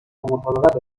مطابقت